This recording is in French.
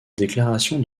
déclaration